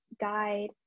guide